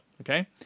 okay